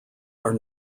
are